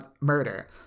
murder